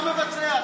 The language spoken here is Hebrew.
ואתה מבצע.